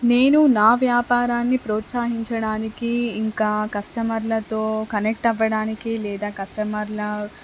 నేను నా వ్యాపారాన్ని ప్రోత్సాహించడానికి ఇంకా కస్టమర్లతో కనెక్ట్ అవ్వడానికి లేదా కస్టమర్ల